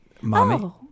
Mommy